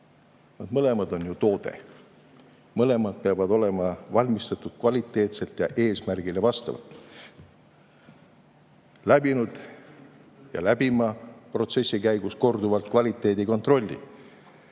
mõlemad on ju toode. Mõlemad peavad olema valmistatud kvaliteetselt ja eesmärgile vastavalt, peavad olema läbinud ja peavad läbima protsessi käigus korduvalt kvaliteedikontrolli.